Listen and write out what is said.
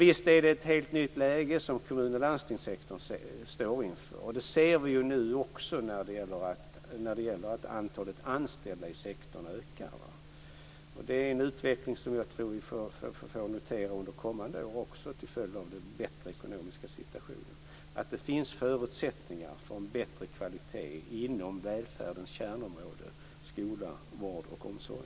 Visst är det ett helt nytt läge som kommun och landstingssektorn befinner sig i. Det ser vi också genom att antalet anställda i sektorn ökar. Det är en utveckling som jag tror att vi kan notera under kommande år också till följd av den bättre ekonomiska situationen. Det finns förutsättningar för en bättre kvalitet inom välfärdens kärnområden, skola, vård och omsorg.